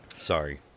Sorry